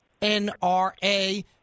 NRA